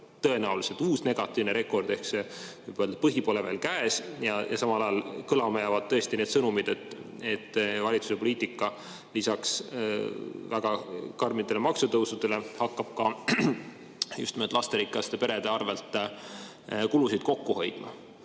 tõenäoliselt uus negatiivne rekord ehk see põhi pole veel käes. Samal ajal jäävad kõlama tõesti need sõnumid, et valitsus lisaks väga karmidele maksutõusudele hakkab ka just nimelt lasterikaste perede arvel kulusid kokku hoidma. Minu